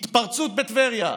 התפרצות בטבריה.